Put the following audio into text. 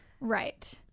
Right